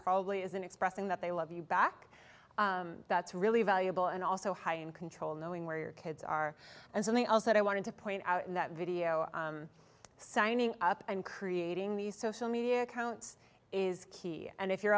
probably isn't expressing that they love you back that's really valuable and also high in control knowing where your kids are and something else that i wanted to point out in that video signing up and creating these social media accounts is key and if you're